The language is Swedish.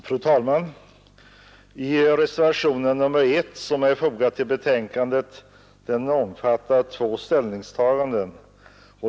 Fru talman! Reservationen 1 som är fogad till betänkandet omfattar två ställningstaganden.